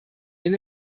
den